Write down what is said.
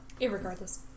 Irregardless